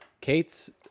Kate's